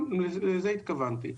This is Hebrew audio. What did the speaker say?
לזה התכוונתי.